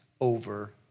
over